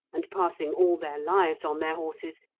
and passing all their lives on their horses,